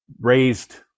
raised